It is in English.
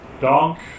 Donk